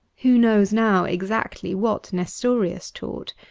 who knows now exactly what nestorius taught?